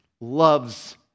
loves